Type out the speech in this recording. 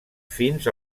fins